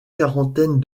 quarantaine